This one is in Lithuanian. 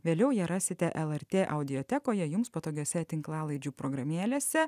vėliau ją rasite lrt audiotekoje jums patogiose tinklalaidžių programėlėse